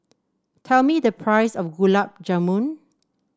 tell me the price of Gulab Jamun